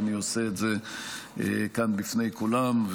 אני עושה את זה כאן בפני כולם,